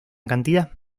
cantidad